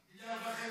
1.5 מיליארד שקל,